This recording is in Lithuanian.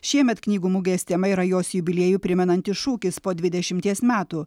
šiemet knygų mugės tema yra jos jubiliejų primenantis šūkis po dvidešimties metų